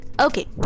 Okay